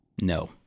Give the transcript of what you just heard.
No